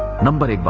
number two